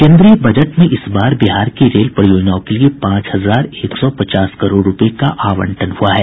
केन्द्रीय बजट में इस बार बिहार की रेल परियोजनाओं के लिए पांच हजार एक सौ पचास करोड़ रूपये का आवंटन हुआ है